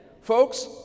Folks